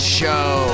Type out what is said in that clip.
show